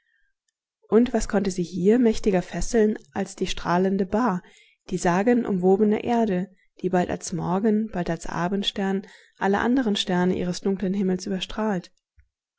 und was konnte sie hier mächtiger fesseln als die strahlende ba die sagenumwobene erde die bald als morgen bald als abendstern alle andern sterne ihres dunklen himmels überstrahlt